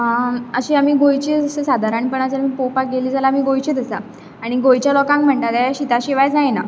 अशें आमी गोंयची सादारणपणान तर पळोवपाक गेलीं जाल्यार आमी गोंयचींच आसा आनी गोंयच्या लोकांक म्हणटा तें शिता शिवाय जायना